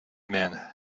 man